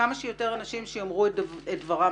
כמה ועדות?